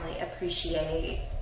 appreciate